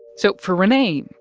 so for renee,